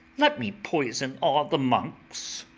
let me poison all the monks.